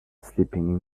sleeping